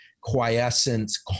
quiescence